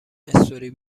استوری